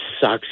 sucks